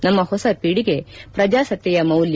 ನಮ್ನ ಹೊಸ ಪೀಳಿಗೆ ಪ್ರಜಾಸತ್ತೆಯ ಮೌಲ್ಲ